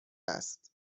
است